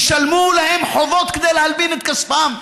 ישלמו להם חובות כדי להלבין את כספם.